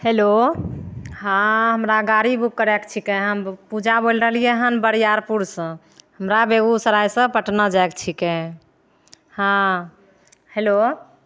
hello हँ हमरा गाड़ी बुक करयके छिकै हम पूजा बोलि रहलियै हन बड़ियारपुरसँ हमरा बेगुसरायसँ पटना जायके छिकै हँ हेलो